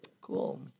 cool